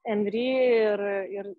emry ir ir